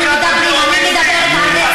אנחנו מדברים, את לוחצת